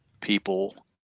people